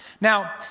Now